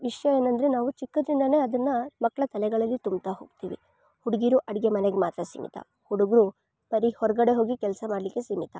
ವಿಷಯ ಏನೆಂದ್ರೆ ನಾವು ಚಿಕ್ಕಂದ್ದಿಂದಲೆ ಅದನ್ನು ಮಕ್ಳ ತಲೆಗಳಲ್ಲಿ ತುಂಬ್ತಾ ಹೋಗ್ತೀವಿ ಹುಡುಗಿರು ಅಡುಗೆ ಮನೆಗೆ ಮಾತ್ರ ಸೀಮಿತ ಹುಡುಗರು ಬರಿ ಹೊರಗಡೆ ಹೋಗಿ ಕೆಲಸ ಮಾಡಲಿಕ್ಕೆ ಸೀಮಿತ